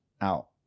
out